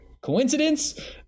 Coincidence